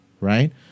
right